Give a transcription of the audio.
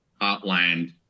heartland